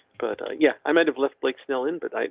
but yeah, i might have left blake snell in but i.